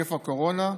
בנגיף הקורונה.